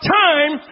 time